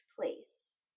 place